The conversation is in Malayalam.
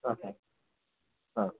ആഹാ ആ